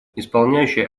исполняющий